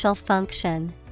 Function